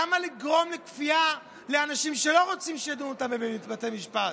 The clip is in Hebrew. למה לגרום לכפייה לאנשים שלא רוצים שידונו איתם בבתי משפט?